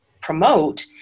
promote